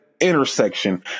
intersection